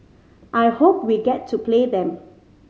I hope we get to play them